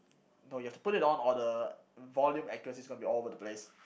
no you've to put it on or the volume accuracy is going to be all over the place